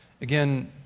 Again